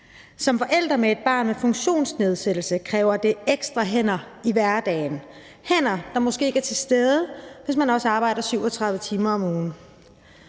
Som forælder med et barn med funktionsnedsættelse kræver det ekstra hænder i hverdagen, hænder, der måske ikke er til stede, hvis man også arbejder 37 timer om ugen.